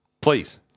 please